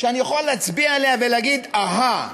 שאני אוכל להצביע עליה ולהגיד: אהה,